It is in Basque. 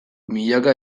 milaka